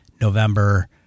November